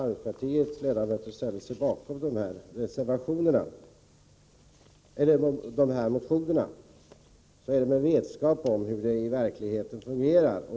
Herr talman! När moderata samlingspartiets ledamöter ställer sig bakom de här motionerna är det med vetskap om hur det i verkligheten fungerar.